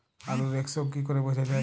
আলুর এক্সরোগ কি করে বোঝা যায়?